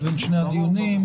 תודה.